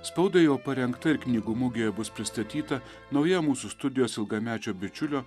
spaudai jau parengta ir knygų mugėje bus pristatyta nauja mūsų studijos ilgamečio bičiulio